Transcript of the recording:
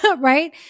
right